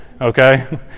okay